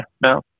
No